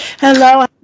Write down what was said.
Hello